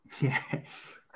Yes